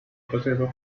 proceso